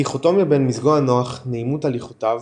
הדיכוטומיה בין מזגו הנוח, נעימות הליכותיו,